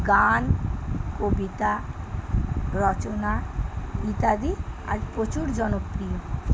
গান কবিতা রচনা ইত্যাদি আর প্রচুর জনপ্রিয়